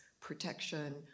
protection